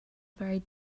very